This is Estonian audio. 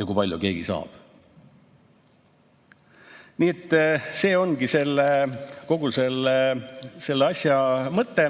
ja kui palju keegi saab. See ongi kogu selle asja mõte.